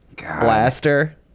blaster